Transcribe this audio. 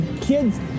kids